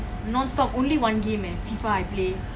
I bought it lah cause I love FIFA